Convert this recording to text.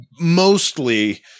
mostly